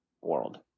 world